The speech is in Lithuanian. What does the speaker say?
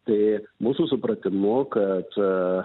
tai mūsų supratimu kad